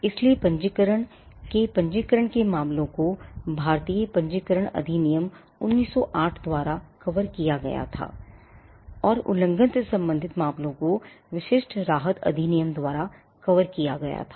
इसलिए पंजीकरण मामलों को भारतीय पंजीकरण अधिनियम 1908 द्वारा कवर किया गया था और उल्लंघन से संबंधित मामलों को विशिष्ट राहत अधिनियम द्वारा कवर किया गया था